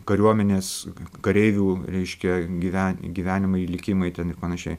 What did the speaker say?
kariuomenės kareivių reiškia gyven gyvenimai likimai ten ir panašiai